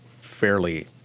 fairly